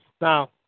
Now